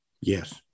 Yes